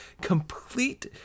complete